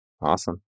Awesome